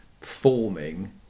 forming